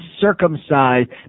circumcised